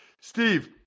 Steve